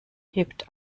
hebt